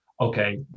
okay